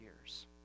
years